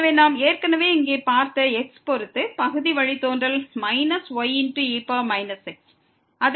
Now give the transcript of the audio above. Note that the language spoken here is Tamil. எனவே நாம் ஏற்கனவே இங்கே பார்த்த x பொறுத்து பகுதி வழித்தோன்றல் ye x